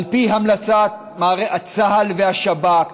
על פי המלצת צה"ל והשב"כ,